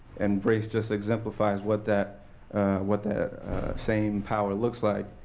and race just example files what that what that same power looks like,